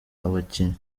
abakinnyi